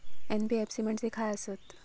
NBFC म्हणजे खाय आसत?